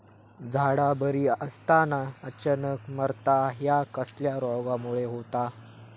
झाडा बरी असताना अचानक मरता हया कसल्या रोगामुळे होता?